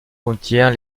contient